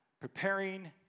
Preparing